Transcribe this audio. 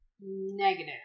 Negative